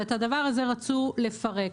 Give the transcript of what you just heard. ואת הדבר הזה רצו לפרק.